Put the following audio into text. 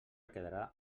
quedarà